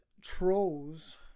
Trolls